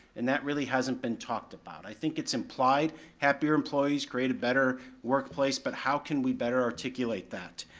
and that really hasn't been talked about. i think it's implied, happier employees create a better workplace, but how can we better articulate that?